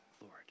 Lord